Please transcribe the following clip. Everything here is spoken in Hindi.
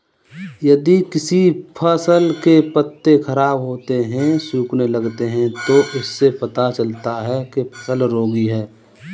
यदि किसी फसल के पत्ते खराब होते हैं, सूखने लगते हैं तो इससे पता चलता है कि फसल रोगी है